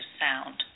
sound